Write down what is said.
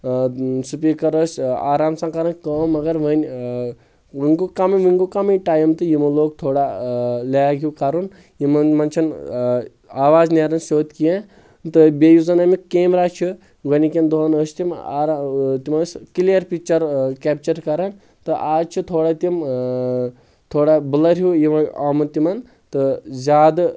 آ اۭن سُپیکر ٲس آرام سان کران کٲم مگر وۄنۍ اۭں وُنہِ گوٚو کمٕے وُنہِ گوٚو کمٕے ٹایم تہٕ یِمو لوگ تھوڑا لیگ ہیٚو کرُن یِمو منٛز چھنہ آواز نیران سیوٚد کینٛہہ تہٕ بییٚہِ یُس زن امیُک کیمرا چھُ گۄڈنِکٮ۪ن دۄہن ٲسۍ تِم آرا تِم ٲسۍ کٕلیر پکچر کیٚپچر کران تہٕ از چھِ تھوڑا تِم تھوڑا بُلر ہیٚو یِوان آمُت تِمن تہٕ زیادٕ